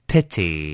Pity